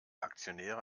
aktionäre